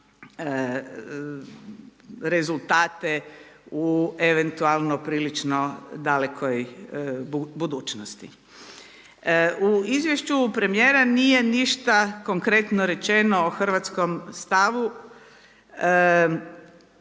rezultate u eventualno prilično dalekoj budućnosti. U izvješću premijera nije ništa konkretno rečeno o hrvatskom stavu